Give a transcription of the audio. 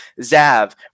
Zav